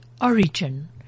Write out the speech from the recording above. origin